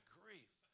grief